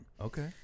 Okay